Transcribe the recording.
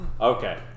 Okay